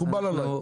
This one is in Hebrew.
מקובל עליי,